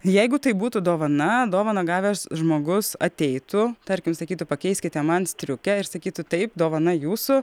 jeigu tai būtų dovana dovaną gavęs žmogus ateitų tarkim sakytų pakeiskite man striukę ir sakytų taip dovana jūsų